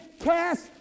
cast